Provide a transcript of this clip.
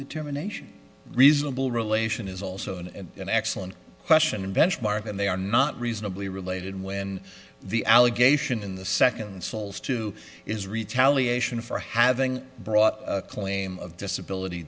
determination reasonable relation is also and an excellent question and benchmark and they are not reasonably related when the allegation in the second souls two is retaliation for having brought a claim of disability